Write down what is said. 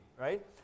right